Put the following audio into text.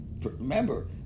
Remember